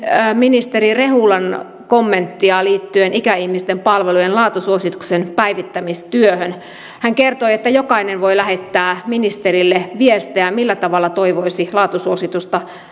ministeri rehulan kommenttia liittyen ikäihmisten palvelujen laatusuosituksen päivittämistyöhön hän kertoi että jokainen voi lähettää ministerille viestejä millä tavalla toivoisi laatusuositusta